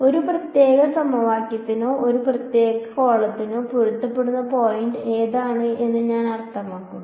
ഒരു പ്രത്യേക സമവാക്യത്തിനോ ഒരു പ്രത്യേക കോളത്തിനോ പൊരുത്തപ്പെടുന്ന പോയിന്റ് ഏതാണ് എന്ന് ഞാൻ അർത്ഥമാക്കുന്നു